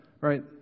right